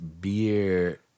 beer